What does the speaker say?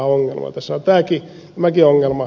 tässä on tämäkin ongelma